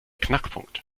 knackpunkt